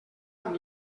amb